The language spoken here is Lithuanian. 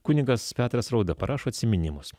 kunigas petras rauda parašo atsiminimus